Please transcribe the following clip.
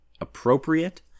appropriate